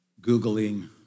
Googling